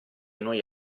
noi